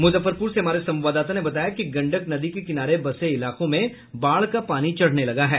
मुजफ्फरपुर से हमारे संवाददाता ने बताया कि गंडक नदी के किनारे बसे इलाकों में बाढ़ का पानी चढ़ने लगा है